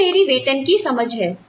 यह मेरी समान वेतन की समझ है